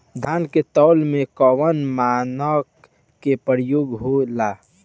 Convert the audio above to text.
धान के तौल में कवन मानक के प्रयोग हो ला?